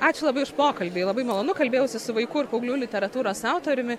ačiū labai už pokalbį labai malonu kalbėjausi su vaikų ir paauglių literatūros autoriumi